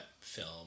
film